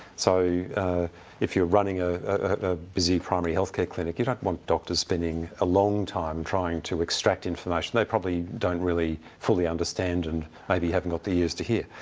so if you're running ah a busy primary-healthcare clinic, you don't want doctors spending a long time trying to extract information. they probably don't really fully understand and maybe haven't got the ears to hear,